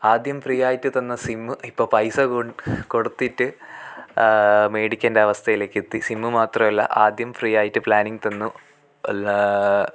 ആദ്യം ഫ്രീയായിട്ട് തന്ന സിമ്മ് ഇപ്പോൾ പൈസ കൊ കൊട്ത്തിട്ട് മേടിക്കണ്ട അവസ്ഥയിലേക്ക് എത്തി സിമ്മ് മാത്രവല്ല ആദ്യം ഫ്രീ ആയിട്ട് പ്ലാനിങ് തന്നു ഒല്ലാ